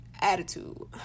attitude